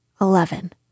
Eleven